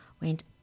went